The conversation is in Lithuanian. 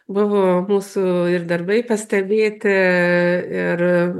buvo mūsų ir darbai pastebėti ir